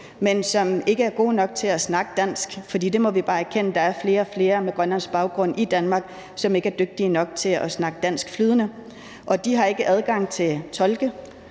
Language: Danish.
men som ikke er gode nok til at snakke dansk – for vi må bare erkende, at der er flere og flere med grønlandsk baggrund i Danmark, som ikke er dygtige nok til at snakke dansk flydende – og de har ikke adgang til tolke.